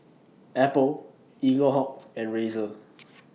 Apple Eaglehawk and Razer